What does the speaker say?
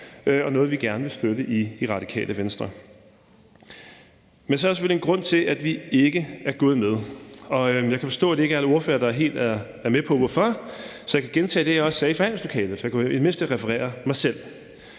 og noget, vi i Radikale Venstre gerne vil støtte. Men så er der selvfølgelig en grund til, at vi ikke er gået med. Jeg kan forstå, at det ikke er alle ordførere, der helt er med på hvorfor, så jeg kan gentage det, jeg også sagde i forhandlingslokalet, for jeg kan i det mindste referere mig selv.